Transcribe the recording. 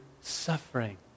suffering